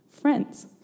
friends